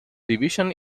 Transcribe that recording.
division